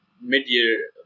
mid-year